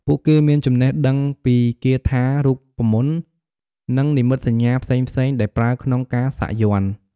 ពួកគេមានចំណេះដឹងពីគាថា រូបមន្ត និងនិមិត្តសញ្ញាផ្សេងៗដែលប្រើក្នុងការសាក់យ័ន្ត។